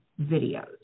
videos